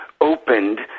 opened